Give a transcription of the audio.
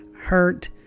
hurt